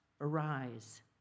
arise